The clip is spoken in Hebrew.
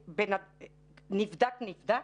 נבדק-נבדק.